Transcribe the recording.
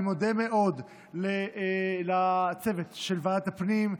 אני מודה מאוד לצוות של ועדת הפנים,